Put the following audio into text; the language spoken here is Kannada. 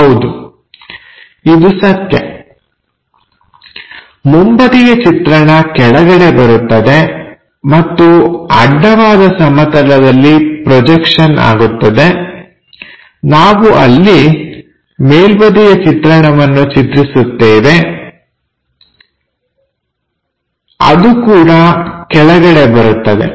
ಹೌದು ಇದು ಸತ್ಯ ಮುಂಬದಿಯ ಚಿತ್ರಣ ಕೆಳಗೆ ಬರುತ್ತದೆ ಮತ್ತು ಅಡ್ಡವಾದ ಸಮತಲದಲ್ಲಿ ಪ್ರೊಜೆಕ್ಷನ್ ನಾವು ಅಲ್ಲಿ ಮೇಲ್ಬದಿಯ ಚಿತ್ರಣವನ್ನು ಚಿತ್ರಿಸುತ್ತೇವೆ ಅದು ಕೂಡ ಕೆಳಗೆ ಬರುತ್ತವೆ